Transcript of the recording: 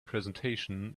presentation